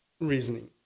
reasoning